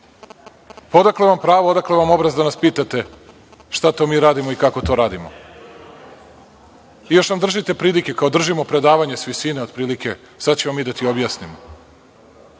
Odakle vam pravo, odakle vam obraz da nas pitate šta to mi radimo i kako to radimo? Još nam držite pridike, kao držimo predavanje s visine, otprilike, sad ćemo mi da ti objasnimo.